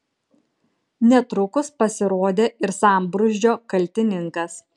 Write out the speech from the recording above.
netrukus pasirodė ir sambrūzdžio kaltininkas